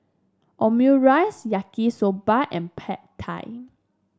Omurice Yaki Soba and Pad Thai